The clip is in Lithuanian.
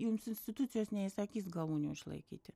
jums institucijos neįsakys galūnių išlaikyti